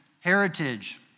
heritage